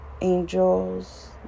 angels